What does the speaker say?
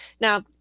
Now